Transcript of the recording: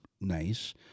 nice